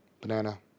Banana